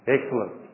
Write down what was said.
Excellent